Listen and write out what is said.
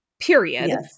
period